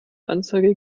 anzeige